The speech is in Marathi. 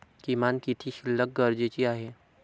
किमान किती शिल्लक गरजेची आहे?